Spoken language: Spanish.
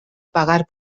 pagar